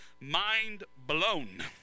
mind-blown